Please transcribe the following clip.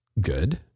good